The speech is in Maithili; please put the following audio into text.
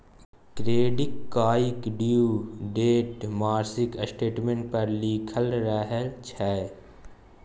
क्रेडिट कार्डक ड्यु डेट मासिक स्टेटमेंट पर लिखल रहय छै